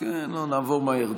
נעבור מהר.